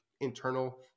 internal